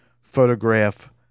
photograph